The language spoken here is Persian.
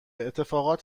اتفاقا